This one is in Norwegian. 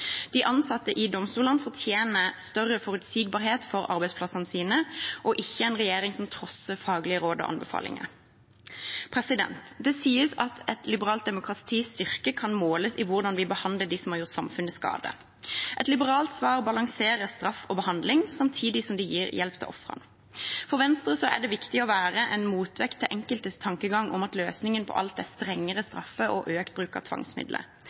De ansatte i domstolene fortjener større forutsigbarhet for arbeidsplassene sine og ikke en regjering som trosser faglige råd og anbefalinger. Det sies at et liberalt demokratis styrke kan måles i hvordan vi behandler dem som har gjort samfunnet skade. Et liberalt svar balanserer straff og behandling samtidig som det gir hjelp til ofrene. For Venstre er det viktig å være en motvekt til enkeltes tankegang om at løsningen på alt er strengere straffer og økt bruk av tvangsmidler.